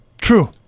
true